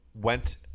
went